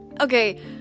Okay